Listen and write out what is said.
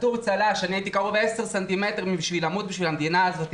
אני הייתי קרוב עשרה סנטימטרים בשביל למות בשביל המדינה הזאת,